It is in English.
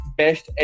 best